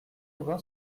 aubin